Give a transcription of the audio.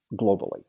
globally